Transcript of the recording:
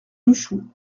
ruchoux